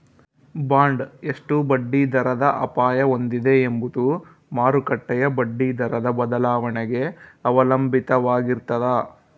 bond ಎಷ್ಟು ಬಡ್ಡಿದರದ ಅಪಾಯ ಹೊಂದಿದೆ ಎಂಬುದು ಮಾರುಕಟ್ಟೆಯ ಬಡ್ಡಿದರದ ಬದಲಾವಣೆಗೆ ಅವಲಂಬಿತವಾಗಿರ್ತದ